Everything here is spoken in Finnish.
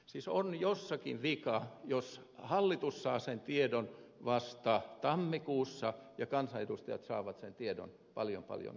siis on jossakin vika jos hallitus saa sen tiedon vasta tammikuussa ja kansanedustajat saavat sen tiedon paljon paljon aikaisemmin